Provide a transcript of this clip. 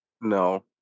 No